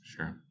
Sure